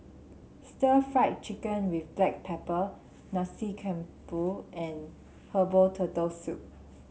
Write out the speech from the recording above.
Stir Fried Chicken with Black Pepper Nasi Campur and Herbal Turtle Soup